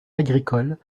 agricoles